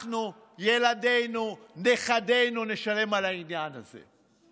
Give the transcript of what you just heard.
אנחנו, ילדינו, נכדינו, נשלם על העניין הזה.